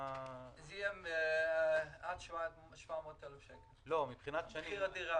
זה יהיה עד 700,000 שקל מחיר הדירה,